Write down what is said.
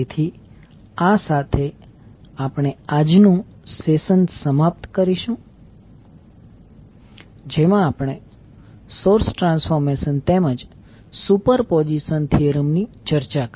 તેથી આ સાથે આપણે આપણું આજનું સેશન સમાપ્ત કરી શકીશું જેમાં આપણે સોર્સ ટ્રાન્સફોર્મેશન તેમજ સુપરપોઝિશન થીયરમ ની ચર્ચા કરી